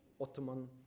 Ottoman